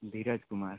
Dheeraj Kumar